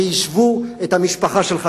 שיישבו את המשפחה שלך,